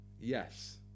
Yes